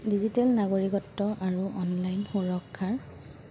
digital নাগৰিকত্ব আৰু online সুৰক্ষাৰ